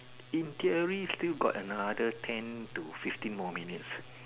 in theory still got another ten to fifteen more minutes